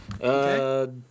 Okay